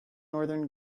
northern